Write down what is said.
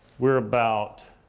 we're about